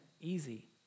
easy